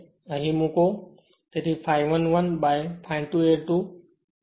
તેથી અહીં મૂકો તે ∅1 1 ∅2 n2 થશે